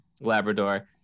Labrador